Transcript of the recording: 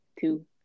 Two